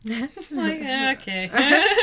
Okay